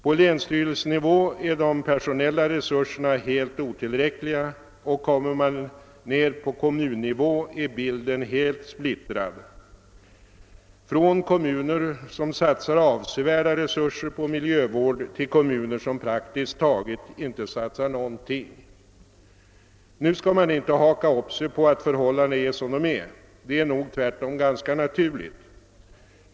På länsstyrelsenivå är de personella resurserna helt otillräckliga, och kommer man ner på kommunnivå är bilden helt splittrad, från kommuner som satsar avsevärde resurser på miljövård till kommuner som praktiskt taget inte satsar någonting. Nu skall man inte haka upp sig på att förhållandena är som de är. Detta är nog tvärtom ganska naturligt.